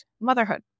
motherhood